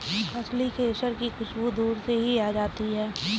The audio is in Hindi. असली केसर की खुशबू दूर से ही आ जाती है